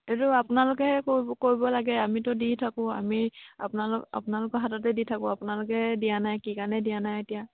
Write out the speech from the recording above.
এইটো আপোনালোকেহে ক কৰিব লাগে আমিতো দি থাকোঁ আমি আপোনালোক আপোনালোকৰ হাততে দি থাকোঁ আপোনালোকে দিয়া নাই কি কাৰণে দিয়া নাই এতিয়া